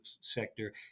sector